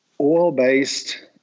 oil-based